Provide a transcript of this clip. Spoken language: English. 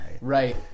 right